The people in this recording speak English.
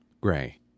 Gray